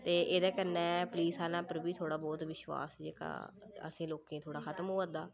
ते एह्दे कन्नै पुलस आह्लें उप्पर बी थोह्ड़ा बौह्त विश्वास जेह्का असें लोकें थोह्ड़ा खतम होआ दा